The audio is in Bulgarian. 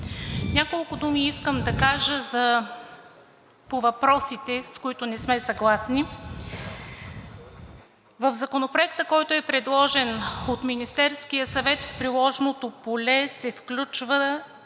Няколко думи искам да кажа по въпросите, с които не сме съгласни. В Законопроекта, който е предложен от Министерския съвет, в приложеното поле се включва